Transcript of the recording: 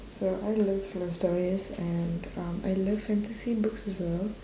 so I love love stories and um I love fantasy books as well